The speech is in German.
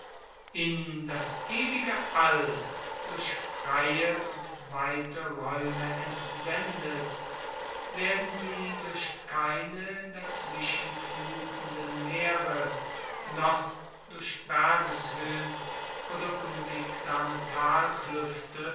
in das ewige all durch freie und weite räume entsendet werden sie durch keine dazwischen fluthenden meere noch durch bergeshöhen oder unwegsame